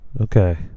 Okay